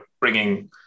bringing